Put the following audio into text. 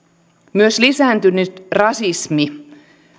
myös lisääntynyt rasismi